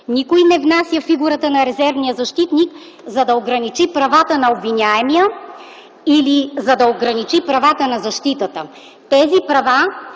Никой не внася фигурата на резервния защитник, за да ограничи правата на обвиняемия или на защитата. Тези права